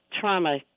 trauma